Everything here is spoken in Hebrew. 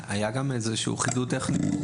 היה גם איזה שהוא חידוד טכני,